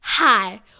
Hi